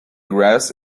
grass